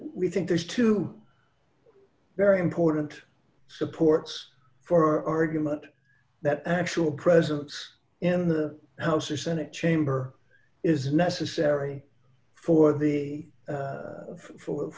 we think there's two very important supports for our argument that actual presence in the house or senate chamber is necessary for the for for